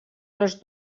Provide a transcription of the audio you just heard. les